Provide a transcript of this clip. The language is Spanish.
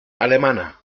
alemana